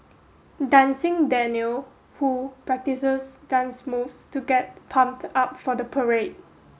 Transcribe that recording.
dancing Daniel who practices dance moves to get pumped up for the parade